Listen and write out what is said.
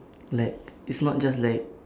like is not just like